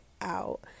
out